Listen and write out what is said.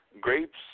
Grapes